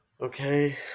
Okay